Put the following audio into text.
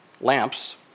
lamps